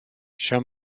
show